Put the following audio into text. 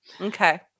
Okay